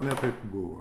ne taip buvo